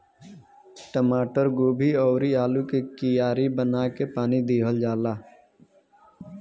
टमाटर, गोभी अउरी आलू के कियारी बना के पानी दिहल जाला